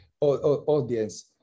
audience